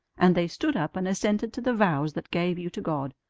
and they stood up and assented to the vows that gave you to god.